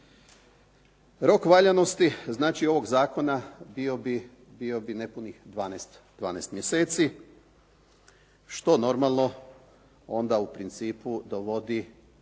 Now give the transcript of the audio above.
Rok valjanosti znači ovog zakona bio bi nepunih 12 mjeseci što normalno onda u principu dovodi